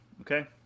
Okay